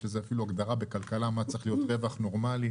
יש לזה אפילו הגדרה בכלכלה מה צריך להיות רווח נורמלי,